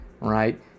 right